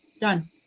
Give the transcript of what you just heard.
done